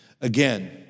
Again